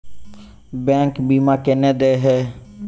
Bank बीमा केना देय है?